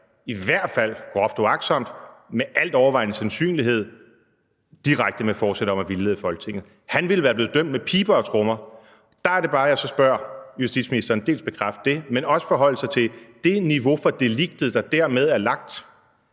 det her groft uagtsomt – med al overvejende sandsynlighed direkte med forsæt om at vildlede Folketinget. Han ville være blevet dømt med piber og trommer. Der er det bare, at jeg så spørger, om justitsministeren dels vil bekræfte det, og dels om han også vil forholde sig til, om det niveau for deliktet, der dermed er lagt,